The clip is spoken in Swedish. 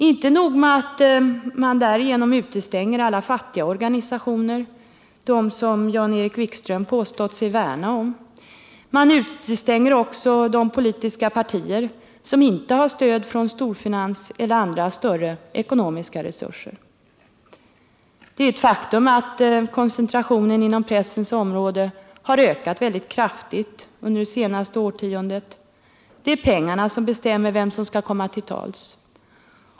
Inte nog med att man utestänger alla fattiga organisationer — dessa som Jan-Erik Wikström påstått sig värna om — man utestänger också de politiska partier som inte har stöd från storfinans eller har andra större ekonomiska resurser. Det är ett faktum att koncentrationen inom pressens område har ökat kraftigt under det senaste årtiondet. Det är pengarna som bestämmer vem som kan komma till tals.